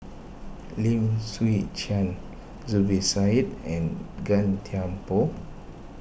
Lim Chwee Chian Zubir Said and Gan Thiam Poh